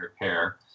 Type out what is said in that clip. repair